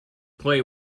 play